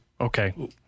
Okay